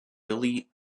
billy